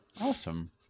Awesome